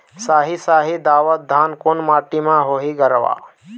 साही शाही दावत धान कोन माटी म होही गरवा?